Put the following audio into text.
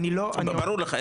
ברור לך,